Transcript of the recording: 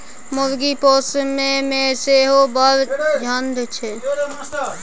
मुर्गी पोसयमे सेहो बड़ झंझट छै